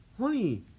honey